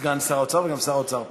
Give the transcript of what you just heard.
סגן שר האוצר וגם שר האוצר פה.